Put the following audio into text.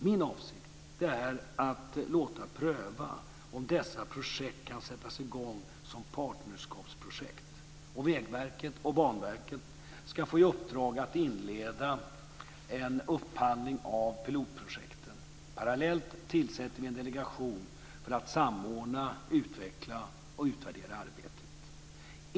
Min avsikt är att låta pröva om dessa projekt kan sättas i gång som partnerskapsprojekt. Vägverket och Banverket ska få i uppdrag att inleda en upphandling av pilotprojekten. Parallellt tillsätter vi en delegation för att samordna, utveckla och utvärdera arbetet.